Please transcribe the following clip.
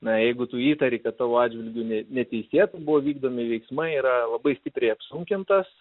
na jeigu tu įtari kad tavo atžvilgiu ne neteisėtai buvo vykdomi veiksmai yra labai stipriai apsunkintas